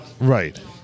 Right